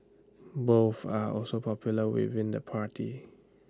both are also popular within the party